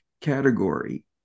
category